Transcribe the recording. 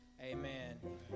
amen